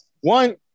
One